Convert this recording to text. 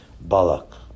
Balak